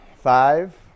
Five